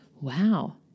Wow